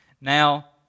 Now